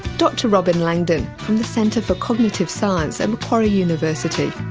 dr robyn langdon from the centre for cognitive science at macquarie university.